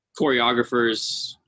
choreographers